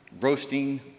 roasting